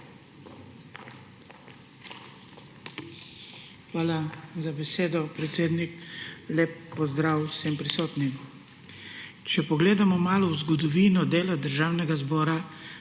Hvala za besedo, predsednik. Lep pozdrav vsem prisotnim! Če pogledamo malo v zgodovino dela Državnega zbora,